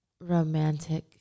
romantic